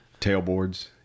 tailboards